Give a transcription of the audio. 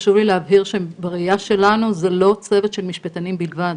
חשוב לי להבהיר שבראייה שלנו זה לא צוות של משפטנים בלבד,